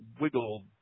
wiggle